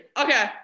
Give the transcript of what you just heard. Okay